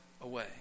away